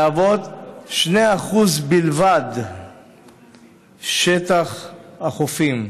מהוות 2% בלבד משטח החופים.